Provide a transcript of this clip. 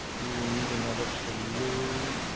we will need another folder.